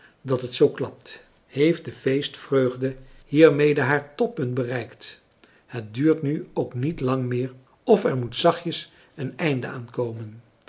dat het zoo klapt heeft de feestvreugde hiermede haar toppunt bereikt het duurt nu ook niet lang meer of er moet zachtjes een einde aan komen